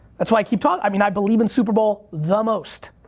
that's why i keep talking. i mean i believe in super bowl the most.